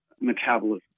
metabolism